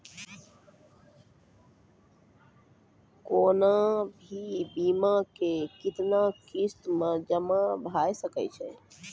कोनो भी बीमा के कितना किस्त मे जमा भाय सके छै?